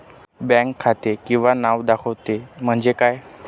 Bank खाते किंवा नाव दाखवते म्हणजे काय?